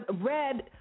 Red